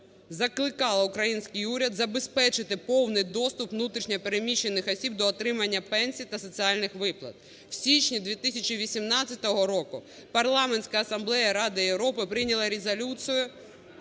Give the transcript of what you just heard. закликало український уряд забезпечити повний доступ внутрішньо переміщених осіб до отримання пенсій та соціальних виплат. В січні 2018 року Парламентська асамблея Ради Європи прийняла Резолюцію